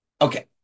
Okay